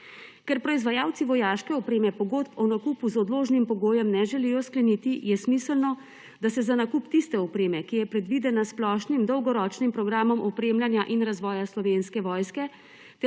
Ker proizvajalci vojaške opreme pogodb o nakupu z odložnim pogojem ne želijo skleniti, je smiselno, da se za nakup tiste opreme, ki je predvidena s Splošnim dolgoročnim programom razvoja in opremljanja Slovenske vojske